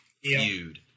feud